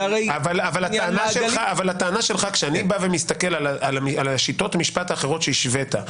אבל כשאני מסתכל על שיטות המשפט האחרון שהשווית,